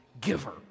giver